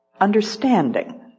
understanding